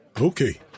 Okay